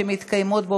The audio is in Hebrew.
15),